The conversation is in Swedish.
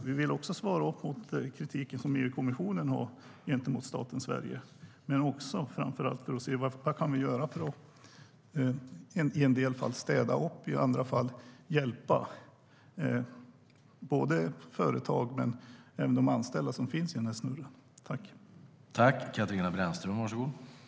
Vi vill också svara upp mot kritiken från EU-kommissionen gentemot staten Sverige men framför allt se vad vi kan göra för att i en del fall städa upp och i andra fall hjälpa både företag och anställda som finns i den här snurren.